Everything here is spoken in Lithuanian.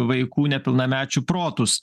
vaikų nepilnamečių protus